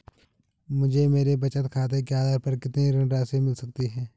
मुझे मेरे बचत खाते के आधार पर कितनी ऋण राशि मिल सकती है?